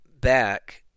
back